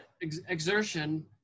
exertion